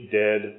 dead